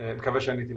אני מקווה שעניתי לשאלה.